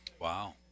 Wow